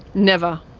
never,